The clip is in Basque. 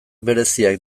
bereziak